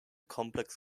complex